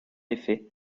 effet